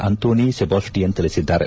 ಅಂತೋಣಿ ಸೆಬಾಸ್ತಿಯನ್ ತಿಳಿಸಿದ್ದಾರೆ